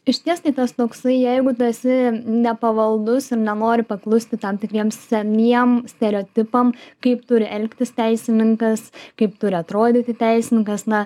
išties tai tas toksai jeigu tu esi nepavaldus ir nenori paklusti tam tikriem seniem stereotipam kaip turi elgtis teisininkas kaip turi atrodyti teisininkas na